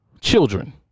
children